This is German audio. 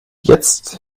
jetzt